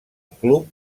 club